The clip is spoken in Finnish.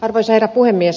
arvoisa herra puhemies